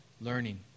learning